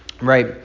right